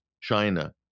China